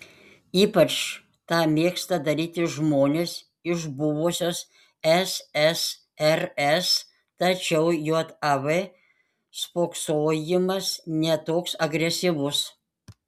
ypač tą mėgsta daryti žmonės iš buvusios ssrs tačiau jav spoksojimas ne toks agresyvus